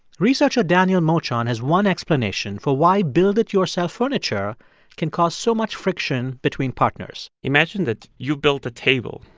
researcher daniel mochon has one explanation for why build-it-yourself furniture can cause so much friction between partners imagine that you built a table.